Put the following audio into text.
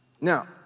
Now